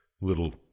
Little